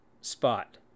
spot